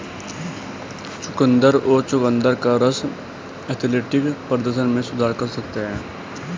चुकंदर और चुकंदर का रस एथलेटिक प्रदर्शन में सुधार कर सकता है